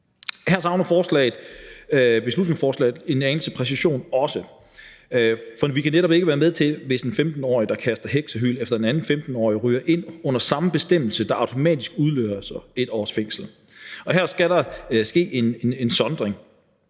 Her savner beslutningsforslaget også en anelse præcision. For vi kan netop ikke være med til det, hvis en 15-årig, der kaster heksehyl efter en anden 15-årig, ryger ind under samme bestemmelse, der automatisk udløser 1 års fængsel. Her skal der ske en sondring,